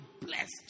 blessed